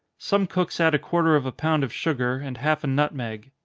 some cooks add a quarter of a pound of sugar, and half a nutmeg.